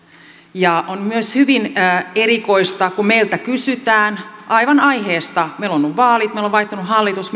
ja on myös hyvin erikoista kun meiltä kysytään aivan aiheesta meillä on ollut vaalit meillä on vaihtunut hallitus